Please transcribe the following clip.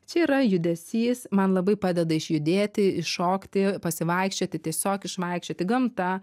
čia yra judesys man labai padeda išjudėti iššokti pasivaikščioti tiesiog išvaikščioti gamta